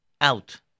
Out